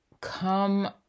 come